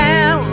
Now